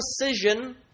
precision